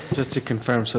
just to confirm, so